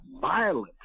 violent